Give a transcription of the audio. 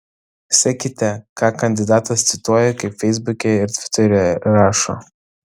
sekite ką kandidatas cituoja kaip feisbuke ir tviteryje rašo